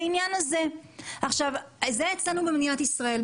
זה מה שקורה אצלנו במדינת ישראל.